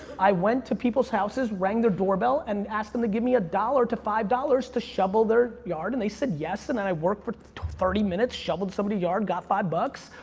i went to people's houses, rang their doorbell, and asked them to give me one dollars to five dollars to shovel their yard, and they said yes, and then, i worked for thirty minutes, shoveled somebody's yard, got five bucks,